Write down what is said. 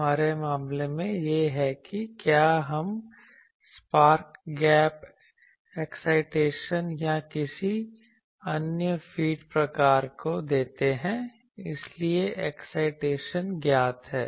हमारे मामले में यह है कि क्या हम स्पार्क गैप एक्साइटेशन या किसी अन्य फीड प्रकार को देते हैं इसलिए एक्साइटेशन ज्ञात है